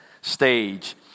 stage